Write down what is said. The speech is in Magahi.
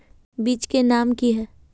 बीज के नाम की है?